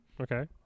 Okay